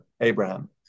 Abraham